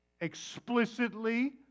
explicitly